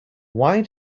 why